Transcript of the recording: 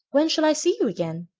when shall i see you again?